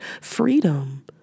freedom